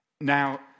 Now